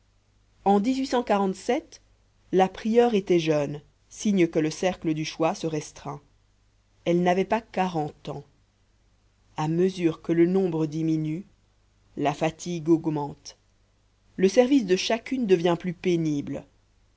en la prieure était jeune signe que le cercle du choix se restreint elle n'avait pas quarante ans à mesure que le nombre diminue la fatigue augmente le service de chacune devient plus pénible